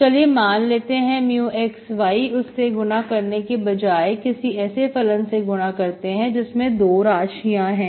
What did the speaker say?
चलिए मान लेते हैं μxy उस से गुणा करने के बजाए किसी ऐसे फलन से गुणा करते हैं जिसमें 2 राशियां हो